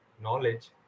knowledge